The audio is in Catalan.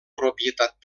propietat